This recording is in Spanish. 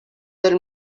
del